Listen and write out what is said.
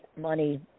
Money